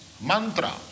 mantra